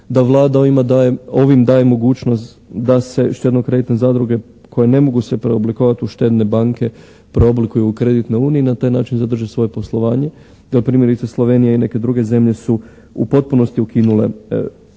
da Vlada ovim daje mogućnost da se štedno-kreditne zadruge koje ne mogu se preoblikovati u štedne banke preoblikuju u kreditne unije i na taj način zadrže svoje poslovanje. Evo primjerice Slovenija i neke druge zemlje su u potpunosti ukinule